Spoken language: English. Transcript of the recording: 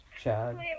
Chad